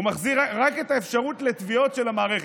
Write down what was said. הוא מכניס רק את האפשרות של תביעות של המערכת.